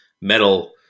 metal